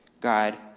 God